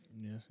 Yes